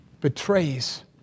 betrays